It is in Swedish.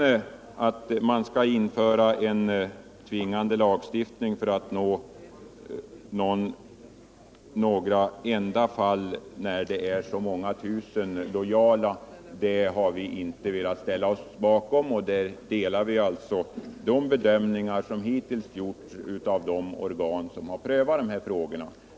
Förslaget att man skulle införa tvingande lagstiftning för några enstaka fall när det finns så många hundra tusen lojala medborgare har vi inte velat ställa upp bakom. Där delar vi de bedömningar som hittills gjorts av de organ som har prövat frågorna.